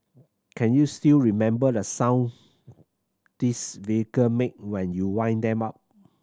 can you still remember the sound these vehicle make when you wind them up